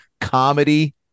comedy